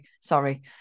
Sorry